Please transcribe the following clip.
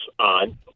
on